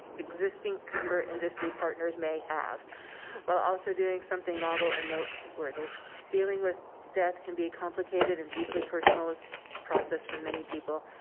existing timber industry partners may have while also doing something novel and note where they dealing with death can be a complicated and deeply personal process. for many people,